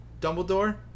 Dumbledore